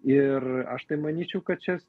ir aš tai manyčiau kad čia